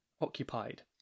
occupied